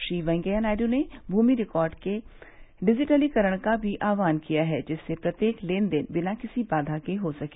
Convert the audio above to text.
श्री वेंकैया नायडू ने भूमि रिकॉर्ड के डिजिटलीकरण का भी आह्वान किया है जिससे प्रत्येक लेन देन बिना किसी बाधा के हो सके